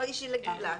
לא אישי כלפי גילה.